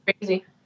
crazy